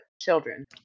children